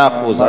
מאה אחוז.